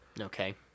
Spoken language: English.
Okay